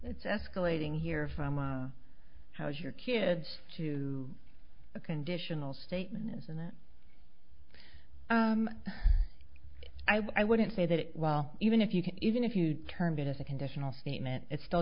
it's escalating here from a how's your kids to a conditional statement isn't it i wouldn't say that well even if you can even if you termed it as a conditional statement it's still